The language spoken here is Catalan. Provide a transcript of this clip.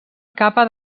capa